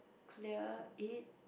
clear it